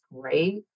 great